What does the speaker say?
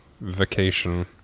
Vacation